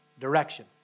direction